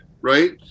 right